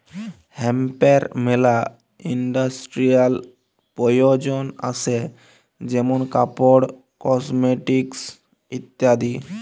হেম্পের মেলা ইন্ডাস্ট্রিয়াল প্রয়জন আসে যেমন কাপড়, কসমেটিকস ইত্যাদি